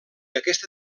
aquesta